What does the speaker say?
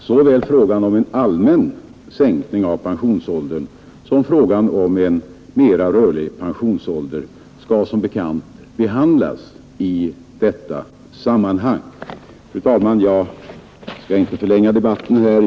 Såväl frågan om en allmän sänkning av pensionsåldern som frågan om en mera rörlig pensionsålder skall som bekant behandlas i detta sammanhang. Fru talman! Jag skall inte förlänga debatten.